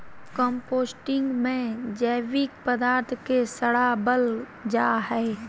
composting में जैविक पदार्थ के सड़ाबल जा हइ